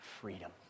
freedom